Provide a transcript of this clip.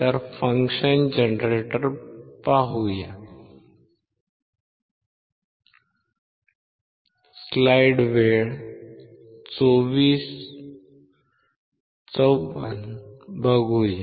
तर function generator पाहू या